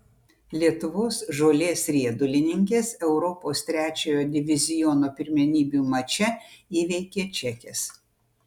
lietuvos žolės riedulininkės europos trečiojo diviziono pirmenybių mače įveikė čekes